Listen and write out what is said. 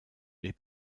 les